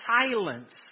silence